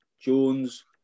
Jones